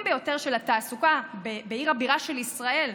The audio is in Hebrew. ביותר של התעסוקה בעיר הבירה של ישראל,